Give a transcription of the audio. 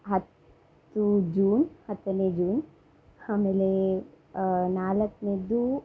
ಹತ್ತು ಜೂನ್ ಹತ್ತನೇ ಜೂನ್ ಆಮೇಲೆ ನಾಲಕ್ನೇದು